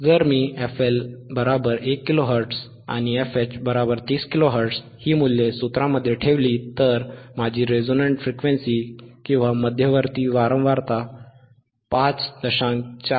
जर मी fL 1 kilo hertz आणि fH 30 किलो हर्ट्झ ही मूल्ये सूत्रामध्ये ठेवली तर माझी रेझोनंट वारंवारता किंवा मध्यवर्ती वारंवारता 5